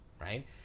right